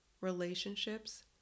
relationships